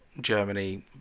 Germany